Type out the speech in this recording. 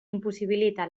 impossibilita